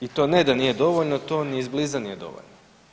I to ne da nije dovoljno, to ni iz bliza nije dovoljno.